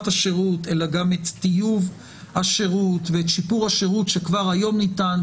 השירות אלא גם את טיוב השירות ואת שיפור השירות שכבר היום ניתן,